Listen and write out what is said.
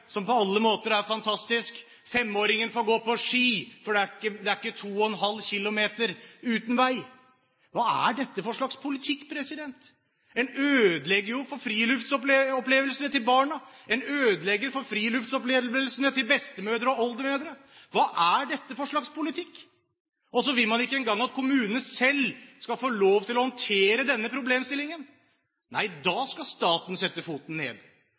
som på alle måter er fantastisk, får beskjed: Femåringen får gå på ski, selv om det er 2,5 km uten vei. Hva er dette for slags politikk? En ødelegger for friluftsopplevelsene til barna. En ødelegger for friluftsopplevelsene til bestemødre og oldemødre. Hva er dette for slags politikk? Så vil man ikke engang at kommunene selv skal få lov til å håndtere denne problemstillingen! Nei, da skal staten sette foten ned.